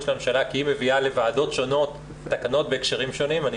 הממשלה כי היא מביאה לוועדות שונות תקנות בהקשרים שונים.